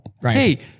Hey